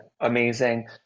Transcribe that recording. Amazing